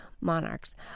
monarchs